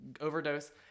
overdose